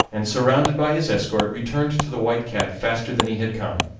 and, surrounded by his escort, returned to the white cat faster than he had come.